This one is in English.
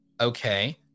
okay